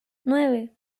nueve